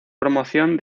promoción